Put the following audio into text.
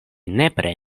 nepre